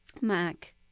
Mac